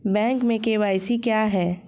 Bank में KYC क्या है?